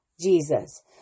Jesus